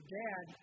dad